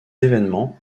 événement